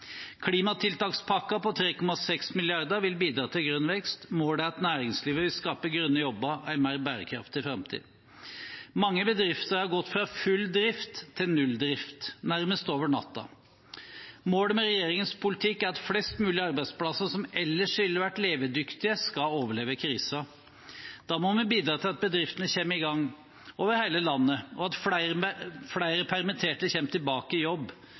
på 3,6 mrd. kr vil bidra til grønn vekst. Målet er at næringslivet vil skape grønne jobber i en mer bærekraftig framtid. Mange bedrifter har gått fra full drift til null drift nærmest over natta. Målet med regjeringens politikk er at flest mulig arbeidsplasser som ellers ville vært levedyktige, skal overleve krisen. Da må vi bidra til at bedriftene kommer i gang over hele landet, og at flere permitterte kommer tilbake i jobb,